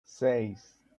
seis